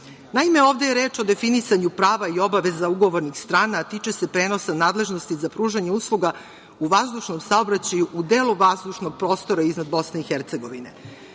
Gore. Naime, ovde je reč o definisanju prava i obaveza ugovornih strana, a tiče se prenosa nadležnosti za pružanje usluga u vazdušnom saobraćaju u delu vazdušnog prostora iznad BiH.Do